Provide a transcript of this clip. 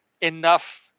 enough